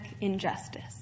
injustice